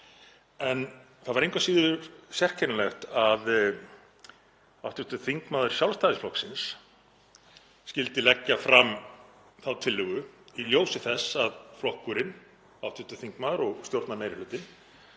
En það var engu að síður sérkennilegt að hv. þingmaður Sjálfstæðisflokksins skyldi leggja fram þá tillögu í ljósi þess að flokkurinn, hv. þingmaður og stjórnarmeirihlutinn,